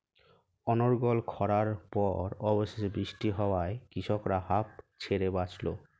অনর্গল খড়ার পর অবশেষে বৃষ্টি হওয়ায় কৃষকরা হাঁফ ছেড়ে বাঁচল